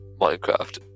Minecraft